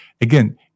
Again